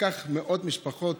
וכך מאות משפחות